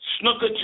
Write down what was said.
Snooker